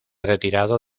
retirado